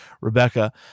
Rebecca